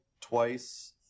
twice